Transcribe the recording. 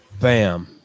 bam